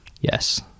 Yes